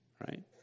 right